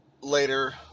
later